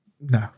No